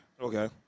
Okay